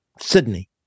Sydney